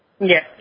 Yes